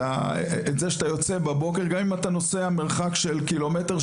את זה שאתה יוצא בבוקר גם אם אתה נוסע מרחק של קילומטר,